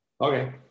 Okay